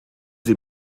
sie